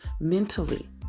mentally